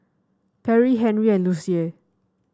Perri Henri and Lucie